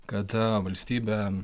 kada valstybė